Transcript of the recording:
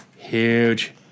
Huge